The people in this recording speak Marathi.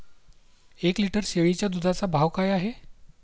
एक लिटर शेळीच्या दुधाचा भाव काय आहे?